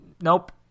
Nope